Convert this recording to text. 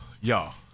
y'all